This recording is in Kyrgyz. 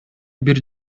бир